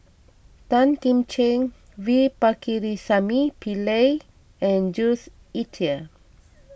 Tan Kim Ching V Pakirisamy Pillai and Jules Itier